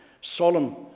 solemn